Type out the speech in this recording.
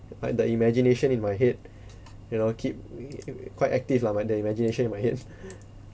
like the imagination in my head you know keep quite active lah my the imagination in my head